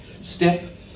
step